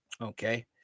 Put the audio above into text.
Okay